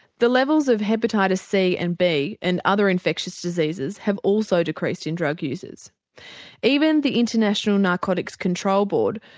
the levels of hepatitis c and b and other infectious diseases have also decreased in drug users. even the international narcotics control board,